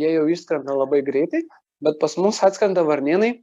jie jau išskrenda labai greitai bet pas mus atskrenda varnėnai